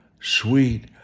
Sweet